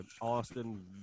Austin